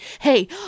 Hey